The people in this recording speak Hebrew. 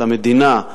למדינה,